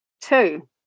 Two